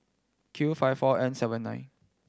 Q five four N seven nine